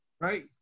right